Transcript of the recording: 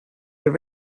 the